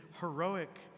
heroic